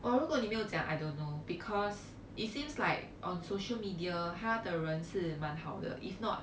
oh 如果你没有讲 I don't know because it seems like on social media 她的人是蛮好的 if not